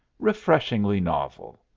refreshingly novel.